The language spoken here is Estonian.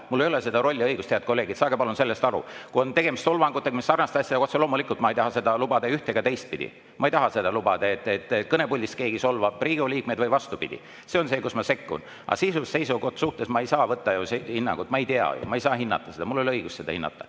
Mul ei ole seda rolli ja õigust, head kolleegid, saage palun sellest aru. Kui on tegemist solvangutega, selliste asjadega, siis otse loomulikult ma ei taha seda lubada ei üht‑ ega teistpidi. Ma ei taha seda lubada, et kõnepuldist keegi solvab Riigikogu liikmed või vastupidi. See on see, kus ma sekkun. Aga sisuliste seisukohtade suhtes ma ei saa anda hinnangut, ma ei tea ju, ma ei saa hinnata seda, mul ei ole õigust seda hinnata.